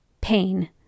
pain